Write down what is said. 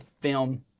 film